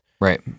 Right